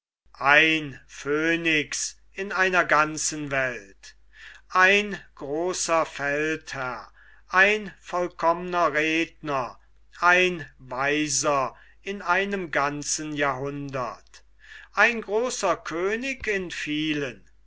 ein phönix in einer ganzen welt ein großer feldherr ein vollkommner redner ein weiser in einem ganzen jahrhundert ein großer könig in vielen